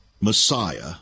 Messiah